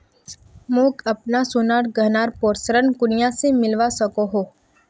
मोक अपना सोनार गहनार पोर ऋण कुनियाँ से मिलवा सको हो?